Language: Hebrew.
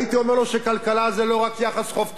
הייתי אומר לו שכלכלה זה לא רק יחס חוב תוצר,